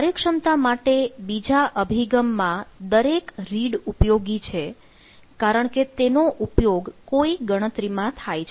કાર્યક્ષમતા માટે બીજા અભિગમમાં દરેક રીડ ઉપયોગી છે કારણ કે તેનો ઉપયોગ કોઈ ગણતરીમાં થાય છે